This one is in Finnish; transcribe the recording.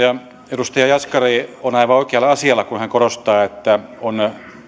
edustaja jaskari on aivan oikealla asialla kun hän korostaa että on